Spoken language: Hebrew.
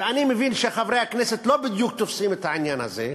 ואני מבין שחברי הכנסת לא בדיוק תופסים את העניין הזה,